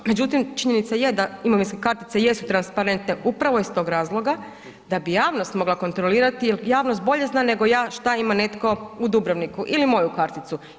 Međutim, činjenica je da imovinske kartice jesu transparentne upravo iz tog razloga da bi javnost mogla kontrolirati, jer javnost bolje zna nego ja šta ima netko u Dubrovniku ili moju karticu.